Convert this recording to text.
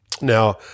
Now